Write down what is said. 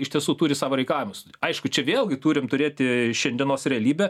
iš tiesų turi savo reikalavimus aišku čia vėlgi turim turėti šiandienos realybę